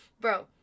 bro